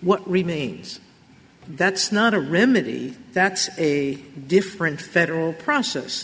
what remains that's not a remedy that's a different federal process